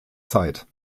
zeit